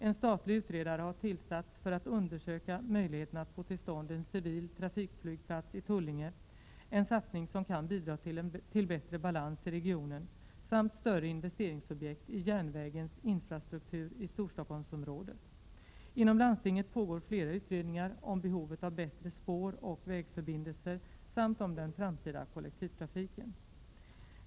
En statlig utredare har tillsatts för att undersöka möjligheterna att få till stånd en civil trafikflygplats i Tullinge, en satsning som kan bidra till bättre balans i regionen, samt större investeringsobjekt i järnvägens infrastruktur i Storstockholmsområdet. Inom landstinget pågår flera utredningar om behovet av bättre spåroch vägförbindelser samt om den framtida kollektivtrafiken.